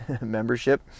membership